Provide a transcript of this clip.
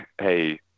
hey